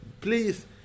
Please